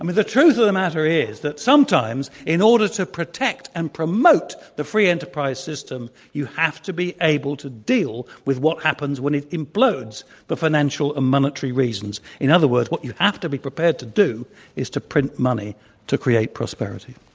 um the truth of the matter is that sometimes, in order to protect and promote the free enterprise system, you have to be able to deal with what happens when it implodes for financial and ah monetary reasons. in other words, what you have to be prepared to do is to print money to create prosperity.